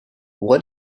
what